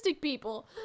people